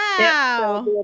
wow